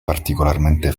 particolarmente